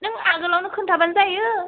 नों आगोलावनो खोन्थाब्लानो जायो